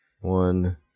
One